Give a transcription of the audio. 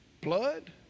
blood